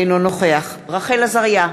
אינו נוכח רחל עזריה,